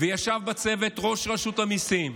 וישב בצוות ראש רשות המיסים,